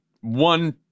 One